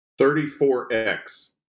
34X